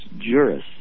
Juris